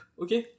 okay